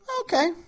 okay